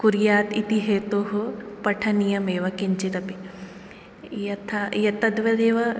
कुर्यात् इति हेतोः पठनीयमेव किञ्चिदपि यथा यत् तद्वदेव